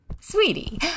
Sweetie